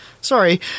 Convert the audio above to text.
Sorry